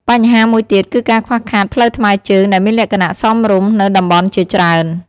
បញ្ហាមួយទៀត គឺការខ្វះខាតផ្លូវថ្មើរជើងដែលមានលក្ខណៈសមរម្យនៅតំបន់ជាច្រើន។